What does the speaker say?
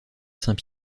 saint